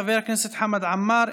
חבר הכנסת חמד עמאר,